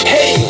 Hey